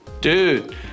dude